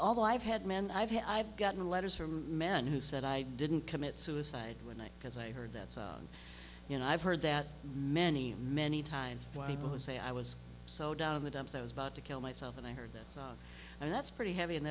although i've had men i've had i've gotten letters from men who said i didn't commit suicide one night because i heard that you know i've heard that many many times people who say i was so down in the dumps i was about to kill myself and i heard that song and that's pretty heavy and